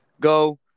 Go